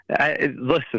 Listen